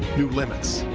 new limits.